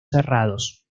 cerrados